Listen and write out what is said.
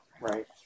right